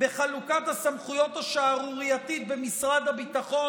בחלוקת הסמכויות השערורייתית במשרד הביטחון,